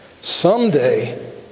Someday